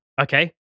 Okay